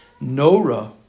Nora